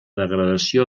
degradació